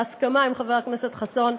בהסכמה עם חבר הכנסת חסון,